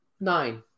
Nine